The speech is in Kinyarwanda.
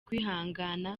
kwihangana